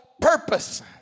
purpose